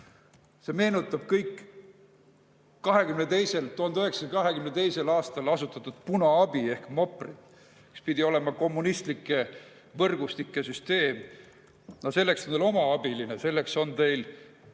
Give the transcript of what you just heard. See meenutab kõik 1922. aastal asutatud punaabi ehk MOPR-it, mis pidi olema kommunistlike võrgustike süsteem. Selleks on teil oma abiline. Selleks on teil